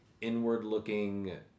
inward-looking